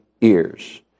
ears